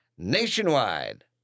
Nationwide